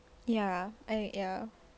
ya I ya